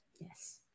Yes